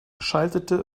schaltete